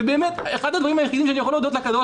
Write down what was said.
אחד הדברים היחידים שאני יכול להודות לקדוש